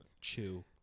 chew